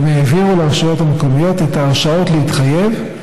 והעבירו לרשויות המקומיות את ההרשאות להתחייב,